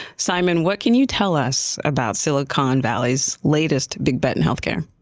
simon, what can you tell us about silicon valley's latest big bet in healthcare?